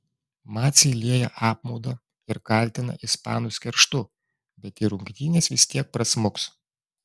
maciai lieja apmaudą ir kaltina ispanus kerštu bet į rungtynes vis tiek prasmuks